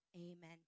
amen